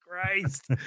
Christ